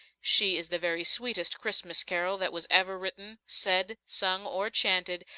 she is the very sweetest christmas carol that was ever written, said, sung or chanted,